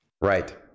Right